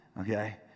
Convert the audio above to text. okay